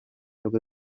rwe